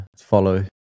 Follow